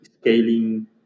scaling